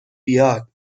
بیاد